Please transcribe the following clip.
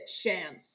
chance